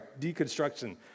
deconstruction